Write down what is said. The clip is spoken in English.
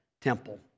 Temple